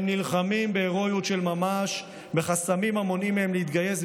הם נלחמים בהירואיות של ממש בחסמים המונעים מהם להתגייס,